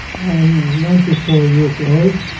i am ninety-four years old.